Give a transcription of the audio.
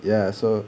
ya so